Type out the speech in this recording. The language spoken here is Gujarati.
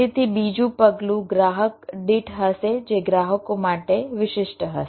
તેથી બીજું પગલું ગ્રાહક દીઠ હશે જે ગ્રાહકો માટે વિશિષ્ટ હશે